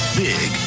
big